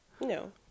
No